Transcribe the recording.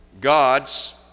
gods